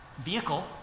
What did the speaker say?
vehicle